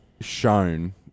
shown